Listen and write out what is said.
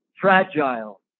fragile